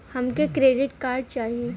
हमके credit card चाही